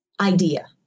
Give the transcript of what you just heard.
idea